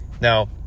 Now